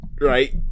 right